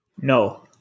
No